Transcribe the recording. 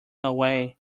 away